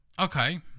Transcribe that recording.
Okay